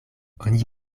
oni